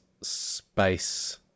space